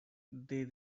they